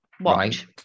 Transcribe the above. Right